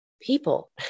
people